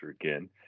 again